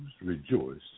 rejoice